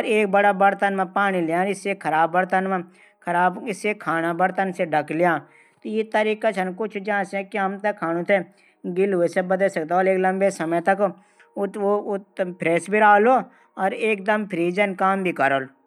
एक बडे भांडू मा पाणी लेन ऐथे खाणू बर्तन से ढक ल्या इ तरीका छन ज्यां से हम ई तरीक छन ज्यां से खाणू थै गिरल हूणू.से बचै सकदा। याः से लबे समय तक फेरस भी रालू।